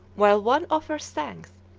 while one offers thanks,